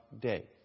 day